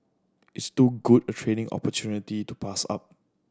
it's too good a training opportunity to pass up